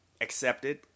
accepted